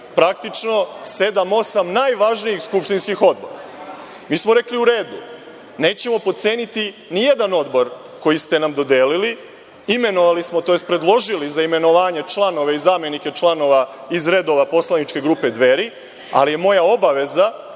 praktično sedam, osam najvažnijih skupštinskih odbora. Mi smo rekli u redu. Nećemo potceniti ni jedan odbor koji ste nam dodelili. Imenovali smo, tj. predložili za imenovanje članove i zamenike članova iz redova poslaničke grupe Dveri, ali je moja obaveza